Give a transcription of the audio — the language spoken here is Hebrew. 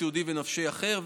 סיעודי ונפשי אחר,